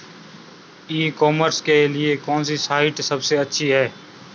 ई commerce के लिए कौनसी साइट सबसे अच्छी है?